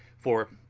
for,